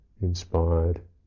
inspired